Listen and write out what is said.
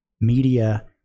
media